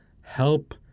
Help